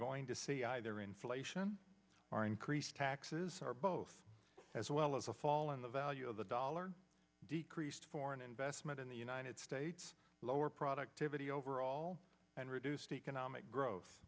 going to see either inflation or increased taxes are both as well as a fall in the value of the dollar decreased foreign investment in the united states lower productivity overall and reduced economic growth